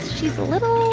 she's a little.